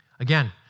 Again